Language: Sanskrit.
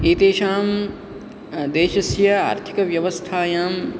एतेषां देशस्य आर्थिकव्यवस्थायां